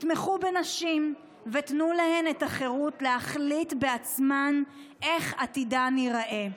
תתמכו בנשים ותנו להן את החירות להחליט בעצמן איך עתידן ייראה.